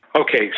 Okay